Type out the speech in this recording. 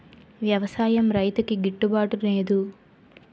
వ్యవసాయం రైతుకి గిట్టు బాటునేదు